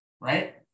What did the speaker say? right